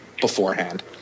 beforehand